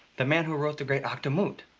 the man who wrote the great akdamut.